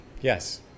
yes